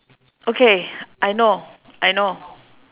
okay I know I know